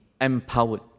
empowered